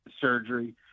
surgery